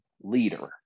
leader